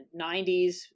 90s